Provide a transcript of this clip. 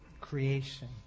Creation